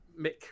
Mick